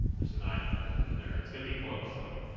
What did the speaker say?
just an item in there it's gonna be close though